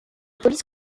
police